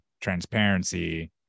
transparency